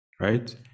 right